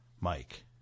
Mike